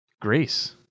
Grace